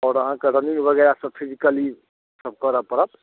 आओर अहाँक रनिंग वगेरा सभ फिजिकली सभ करय पड़त